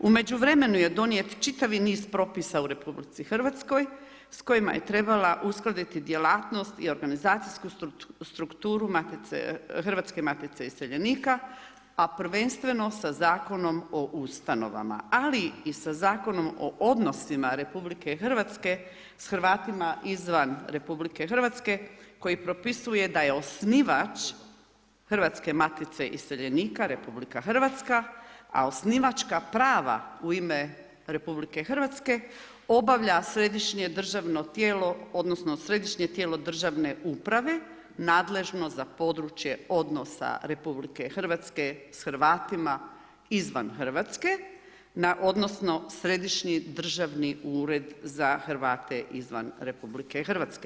U međuvremenu je donijeti čitavi niz propisa u RH s kojima je trebala uskladiti djelatnost i organizacijsku strukturu Hrvatske matice iseljenika a prvenstveno sa Zakonom o ustanovama, ali i sa zakonima o odnosima RH s Hrvatima izvan RH, koji propisuje da je osnivač Hrvatske matice iseljenika RH, a osnivačka prava u ime RH obavlja središnje državno tijelo, odnosno, središnje tijelo državne uprave, nadležno za područje odnosa RH s Hrvatima izvan Hrvatske, odnosno, središnji državni ured za Hrvate izvan RH.